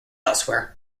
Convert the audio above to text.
elsewhere